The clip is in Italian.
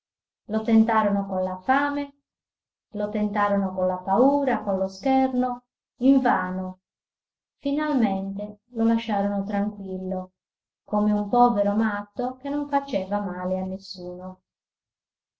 lo tentarono con la fame lo tentarono con la paura con lo scherno invano finalmente lo lasciarono tranquillo come un povero matto che non faceva male a nessuno